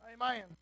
Amen